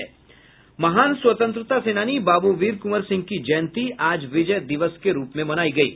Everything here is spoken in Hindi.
महान स्वतंत्रता सेनानी बाबू वीर कुंवर सिंह की जयंती आज विजय दिवस के रूप में मनायी गयी